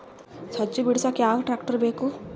ಸಜ್ಜಿ ಬಿಡಸಕ ಯಾವ್ ಟ್ರ್ಯಾಕ್ಟರ್ ಬೇಕು?